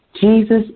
Jesus